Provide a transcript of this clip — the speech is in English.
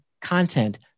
content